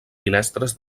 finestres